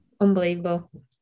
unbelievable